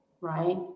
right